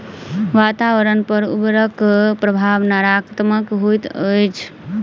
वातावरण पर उर्वरकक प्रभाव नाकारात्मक होइत अछि